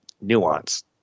nuance